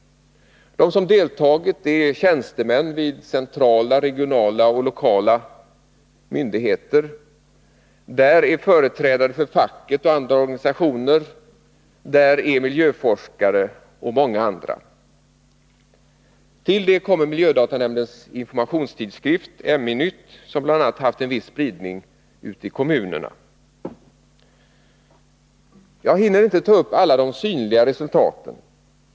De som har deltagit är tjänstemän vid centrala, regionala och lokala myndigheter. Där är företrädare för facket och andra organisationer, där är miljöforskare och många andra. Till det kommer miljödatanämndens informationstidskrift, MI-nytt, som bl.a. haft en viss spridning ute i kommunerna. Jag hinner inte ta upp alla de synliga resultaten.